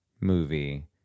movie